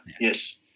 yes